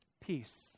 peace